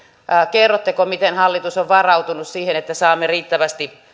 kerrotteko miten hallitus on varautunut siihen että saamme riittävästi